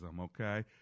okay